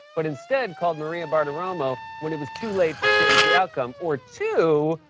but instead called maria bartiromo when it was too late to change the outcome, or two,